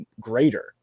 greater